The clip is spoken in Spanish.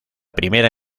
primera